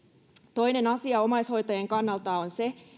toinen asia omaishoitajien kannalta on se